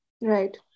Right